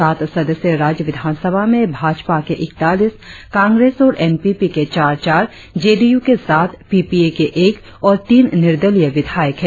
साठ सदस्यीय राज्य विधानसभा में भाजपा के इकतालीस कांग्रेस और एन पी पी के चार चार जे डी यू के सात पीपीए के एक और तीन निर्दलीय विधायक है